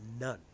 none